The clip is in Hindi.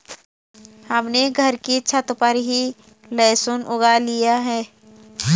हमने घर की छत पर ही लहसुन उगा लिए हैं